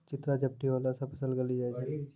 चित्रा झपटी होला से फसल गली जाय छै?